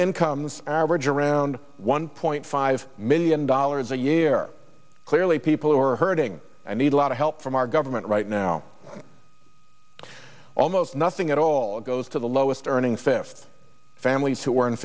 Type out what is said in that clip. incomes average around one point five million dollars a year clearly people who are hurting and need a lot of help from our government right now almost nothing at all goes to the lowest earning fifty families who are in